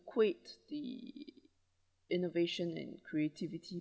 ~quate the innovation and creativity